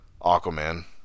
Aquaman